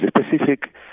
specific